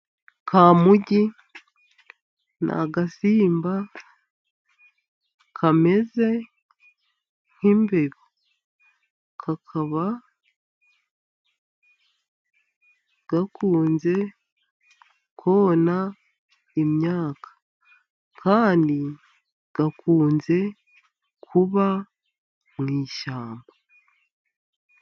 Kamugi ni agasimba kameze nk'imbeba. Kakaba gakunze kona imyaka, kandi gakunze kuba mu ishyamba.